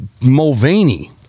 Mulvaney